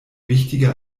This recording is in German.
wichtiger